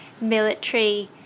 military